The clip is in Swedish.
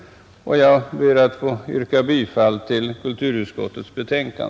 Jag ber att få yrka bifall till kulturutskottets hemställan.